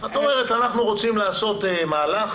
את אומרת שאנחנו רוצים לעשות מהלך,